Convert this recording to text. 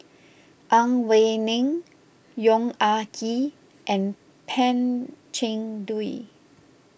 Ang Wei Neng Yong Ah Kee and Pan Cheng Lui